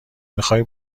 میخوای